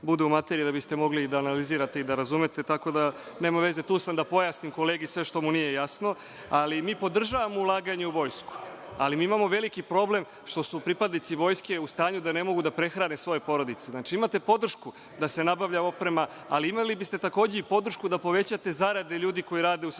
bude u materiji da biste mogli da analizirate i da razumete, tako da, nema veze, tu sam da pojasnim kolegi sve što mu nije jasno. Mi podržavamo ulaganje u vojsku, ali imamo veliki problem što su pripadnici vojske u stanju da ne mogu da prehrane svoje porodice. Znači, imate podršku da se nabavlja oprema, ali imali biste takođe i podršku da povećate zaradu ljudima koji rade u sistemu